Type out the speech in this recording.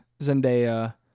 Zendaya